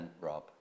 Rob